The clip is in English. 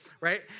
right